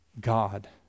God